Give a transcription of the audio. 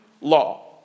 law